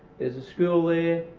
there's a school there,